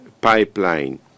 pipeline